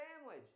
sandwich